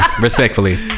Respectfully